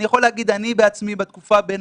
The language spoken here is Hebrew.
אני יכול להגיד שאני בעצמי בתקופה בין